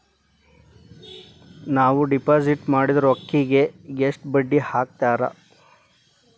ನಾವು ಡಿಪಾಸಿಟ್ ಮಾಡಿದ ರೊಕ್ಕಿಗೆ ಎಷ್ಟು ಬಡ್ಡಿ ಹಾಕ್ತಾರಾ?